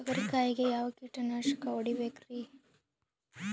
ತೊಗರಿ ಕಾಯಿಗೆ ಯಾವ ಕೀಟನಾಶಕ ಹೊಡಿಬೇಕರಿ?